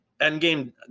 Endgame